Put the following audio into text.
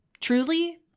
truly